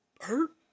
Hurt